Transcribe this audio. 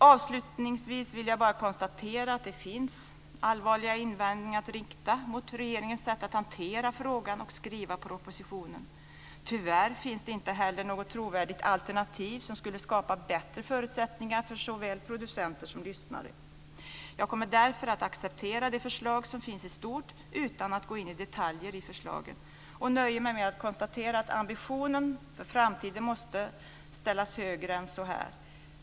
Avslutningsvis vill jag bara konstatera att det finns allvarliga invändningar att rikta mot regeringens sätt att hantera frågan och skriva propositionen. Tyvärr finns det inte heller något trovärdigt alternativ som skulle skapa bättre förutsättningar för såväl producenter som lyssnare. Jag kommer därför att acceptera de förslag som finns i stort utan att gå in på detaljer i förslagen. Jag nöjer mig med att konstatera att ambitionen för framtiden måste vara högre än så här.